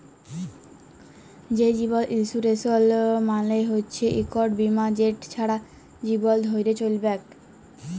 যে জীবল ইলসুরেলস মালে হচ্যে ইকট বিমা যেট ছারা জীবল ধ্যরে চ্যলবেক